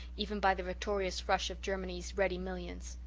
even by the victorious rush of germany's ready millions.